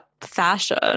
fashion